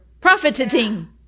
Profiting